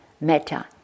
meta